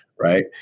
right